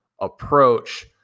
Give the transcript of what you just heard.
approach